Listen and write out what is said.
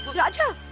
raja!